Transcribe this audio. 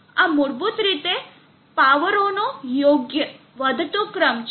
આ મૂળભૂત રીતે પાવરઓનો યોગ્ય વધતો ક્રમ છે